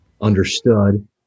understood